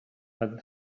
other